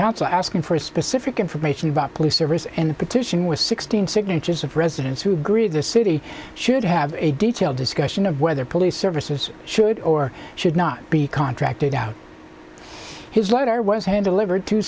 council asking for specific information about police service and the petition with sixteen signatures of residents who agreed the city should have a detailed discussion of whether police services should or should not be contracted out his letter was sent into livered to